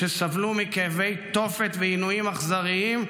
כשסבלו מכאבי תופת ומעינויים אכזריים,